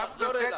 ונחסם.